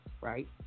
right